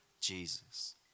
Jesus